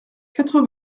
quatre